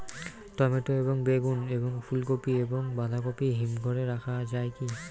Tomato এবং বেগুন এবং ফুলকপি এবং বাঁধাকপি হিমঘরে রাখা যায় কি?